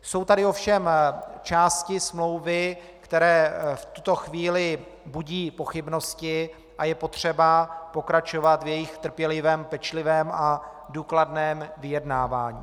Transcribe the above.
Jsou tady ovšem části smlouvy, které v tuto chvíli budí pochybnosti, a je potřeba pokračovat v jejich trpělivém, pečlivém a důkladném vyjednávání.